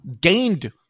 Gained